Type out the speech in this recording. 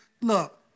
look